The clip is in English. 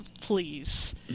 Please